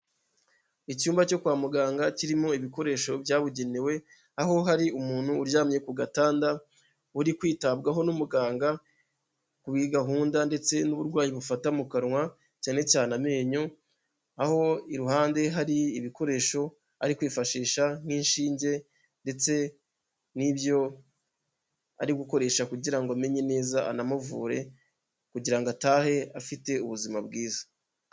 Icyumba cyo kwa muganga kirimo ibikoresho byabugenewe, aho hari umuntu uryamye ku gatanda, uri kwitabwaho n'umuganga kuri gahunda ndetse n'uburwayi bufata mu kanwa cyane cyane amenyo, aho iruhande hari ibikoresho ari kwifashisha nk'inshinge ndetse n'ibyo ari gukoresha kugira ngo amenyeye neza anamuvure kugira ngo atahe afite ubuzima bwiza.